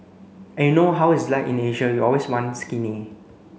and you know how it's like in Asia you always want skinny